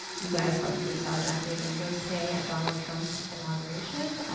you guys probably saw jackie evancho sing at donald trump's inauguration.